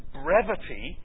brevity